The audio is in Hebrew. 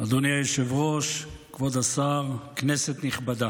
אדוני היושב-ראש, כבוד השר, כנסת נכבדה,